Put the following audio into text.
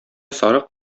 сарык